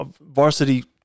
varsity